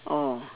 orh